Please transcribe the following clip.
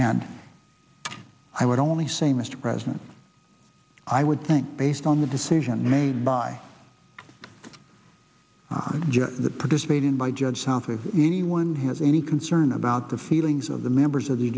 and i would only say mr president i would think based on the decision made by the participating by judge southie of anyone has any concern about the feelings of the members of the